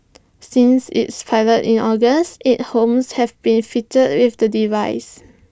since its pilot in August eight homes have been fitted with the device